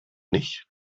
nicht